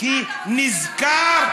כי נזכר,